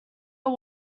are